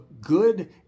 good